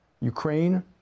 Ukraine